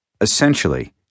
Essentially